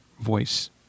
voice